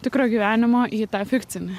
tikro gyvenimo į tą fikcinį